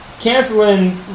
canceling